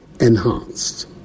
enhanced